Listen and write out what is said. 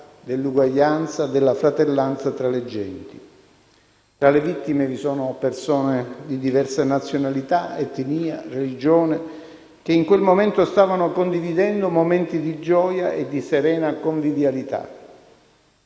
dell'uguaglianza e della fratellanza tra le genti. Tra le vittime vi sono persone di diversa nazionalità, etnia e religione che in quel momento stavano condividendo momenti di gioia e di serena convivialità.